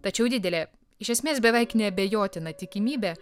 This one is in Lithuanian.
tačiau didelė iš esmės beveik neabejotina tikimybė